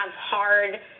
hard